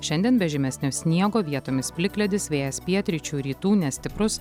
šiandien be žymesnio sniego vietomis plikledis vėjas pietryčių rytų nestiprus